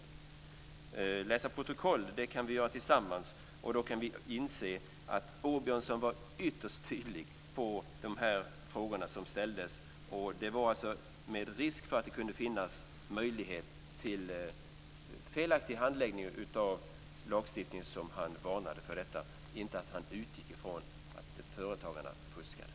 Att läsa protokoll kan vi göra tillsammans, och då kan vi inse att Åbjörnsson var ytterst tydlig i de frågor som ställdes. Det var alltså med risk för att det kunde finnas möjlighet till felaktig handläggning av lagstiftning som han varnade för detta, inte för att han utgick från att företagarna fuskade.